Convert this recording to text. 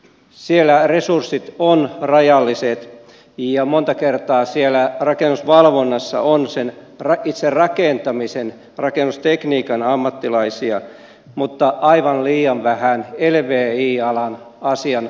siellä resurssit ovat rajalliset ja monta kertaa siellä rakennusvalvonnassa on itse rakentamisen rakennustekniikan ammattilaisia mutta aivan liian vähän lvi alan asiantuntemusta